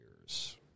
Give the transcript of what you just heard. years